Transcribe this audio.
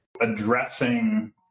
addressing